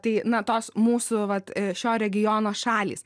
tai na tos mūsų vat šio regiono šalys